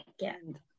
Again